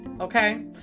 Okay